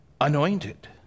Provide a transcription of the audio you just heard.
anointed